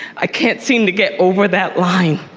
i can't seem to get over that line.